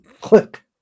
Click